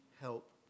help